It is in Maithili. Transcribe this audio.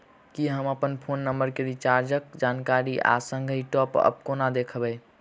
हम अप्पन फोन नम्बर केँ रिचार्जक जानकारी आ संगहि टॉप अप कोना देखबै?